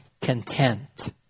content